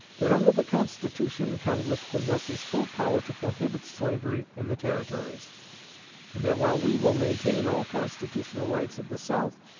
that under the constitution congress possesses full power to prohibit slavery in the territories and that while we will maintain all constitutional rights of the south,